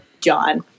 John